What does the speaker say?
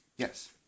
Yes